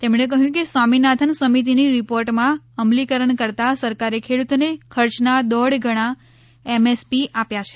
તેમણે કહ્યું કે સ્વામીનાથન સમિતિની રિપોર્ટમાં અમલીકરણ કરતાં સરકારે ખેડૂતોને ખર્ચના દોઢ ગણા એમએસપી આપ્યા છે